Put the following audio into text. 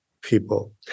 people